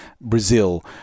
Brazil